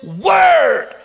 word